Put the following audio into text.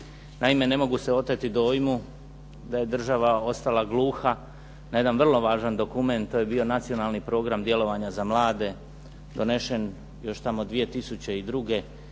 Naime, ne mogu se oteti dojmu da je država ostala gluha na jedan vrlo važan dokument, to je bio Nacionalni program djelovanja za mlade, donešen još tamo 2002. godine,